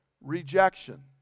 rejection